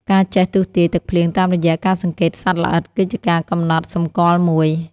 ការចេះទស្សន៍ទាយទឹកភ្លៀងតាមរយៈការសង្កេតសត្វល្អិត គឺជាការកំណត់សម្គាល់មួយ។